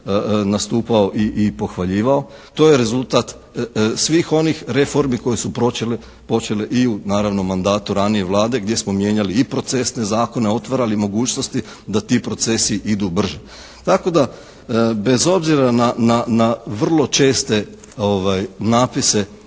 nastupao i pohvaljivao, to je rezultat svih onih reformi koje su počele i u naravno mandatu ranije Vlade gdje smo mijenjali i procesne zakone, otvarali mogućnosti da ti procesi idu brže, tako da bez obzira na vrlo česte napise